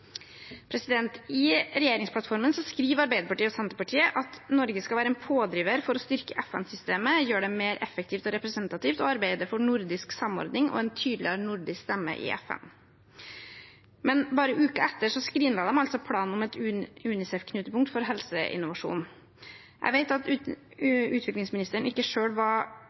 I regjeringsplattformen skriver Arbeiderpartiet og Senterpartiet at Norge skal «være en pådriver for å styrke FN-systemet, gjøre det mer effektivt og representativt, og arbeide for nordisk samordning og en tydeligere nordisk stemme i FN». Men bare uken etter skrinla de altså planen om et UNICEF-knutepunkt for helseinnovasjon. Jeg vet at utviklingsministeren ikke selv var